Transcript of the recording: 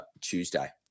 Tuesday